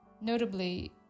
Notably